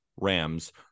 Rams